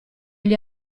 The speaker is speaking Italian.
gli